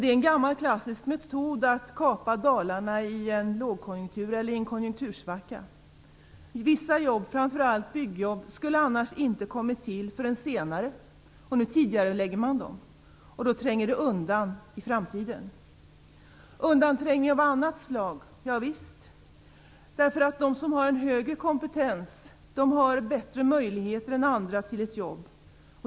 Det är en gammal klassisk metod att kapa dalarna i en lågkonjunktur eller i en konjunktursvacka. Vissa jobb, framför allt byggjobb, skulle annars inte kommit till förrän senare. Nu tidigarelägger man dem. Då tränger de undan jobb i framtiden. Undanträngning av annat slag kommer också att ske. De som har en högre kompetens har bättre möjligheter än andra till ett jobb.